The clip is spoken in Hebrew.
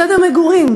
מצד המגורים,